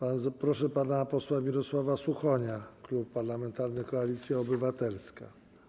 Bardzo proszę pana posła Mirosława Suchonia, Klub Parlamentarny Koalicja Obywatelska.